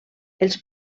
els